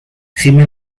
gime